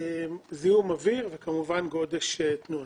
זיהום אוויר וכמובן גודש תנועתי.